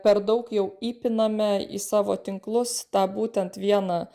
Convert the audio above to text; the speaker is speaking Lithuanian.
per daug jau įpiname į savo tinklus tą būtent vieną